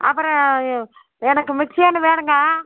அப்புறம் எனக்கு மிக்ஸி ஒன்று வேணுங்க